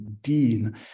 dean